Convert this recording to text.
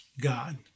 God